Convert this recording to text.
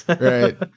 Right